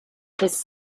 his